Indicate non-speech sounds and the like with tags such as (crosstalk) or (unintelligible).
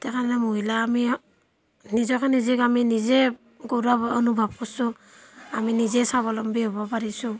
(unintelligible) মহিলা আমি নিজকে নিজক আমি নিজে গৌৰৱ অনুভৱ কৰিছোঁ আমি নিজে স্বাৱলম্বী হ'ব পাৰিছোঁ